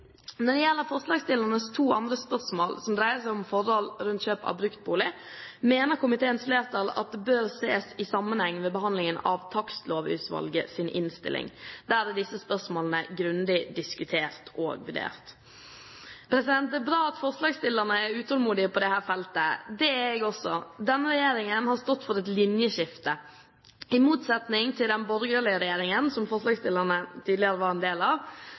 Når det gjelder forslagsstillernes to andre forslag, som dreier seg om forhold rundt kjøp av bruktbolig, mener komiteens flertall at det bør ses i sammenheng med behandlingen av Takstlovutvalgets innstilling. Der er disse spørsmålene grundig diskutert og vurdert. Det er bra at forslagsstillerne er utålmodige på dette feltet. Det er jeg også. Denne regjeringen har stått for et linjeskifte. I motsetning til den borgerlige regjeringen, som partiet til forslagsstillerne tidligere var en del av,